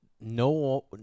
No